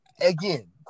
again